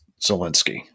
Zelensky